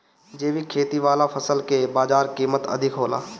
जैविक खेती वाला फसल के बाजार कीमत अधिक होला